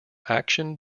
action